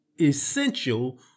essential